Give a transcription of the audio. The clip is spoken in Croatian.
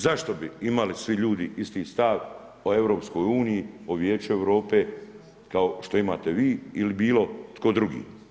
Zašto bi imali svi ljudi isti stav o EU, o Vijeću Europe kao što imate vi ili bilo tko drugi?